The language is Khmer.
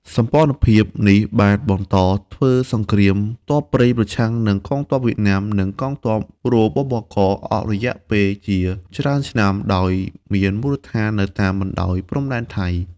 សម្ព័ន្ធភាពនេះបានបន្តធ្វើសង្គ្រាមទ័ពព្រៃប្រឆាំងនឹងកងទ័ពវៀតណាម និងកងទ័ព រ.ប.ប.ក. អស់រយៈពេលជាច្រើនឆ្នាំ ដោយមានមូលដ្ឋាននៅតាមបណ្ដោយព្រំដែនថៃ ។